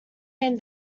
hand